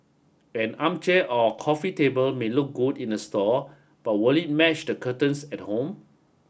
an armchair or coffee table may look good in the store but will it match the curtains at home